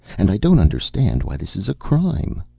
and i don't understand why this is a crime.